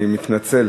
אני מתנצל.